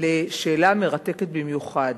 לשאלה מרתקת במיוחד,